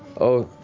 oh,